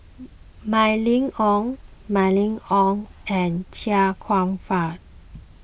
Mylene Ong Mylene Ong and Chia Kwek Fah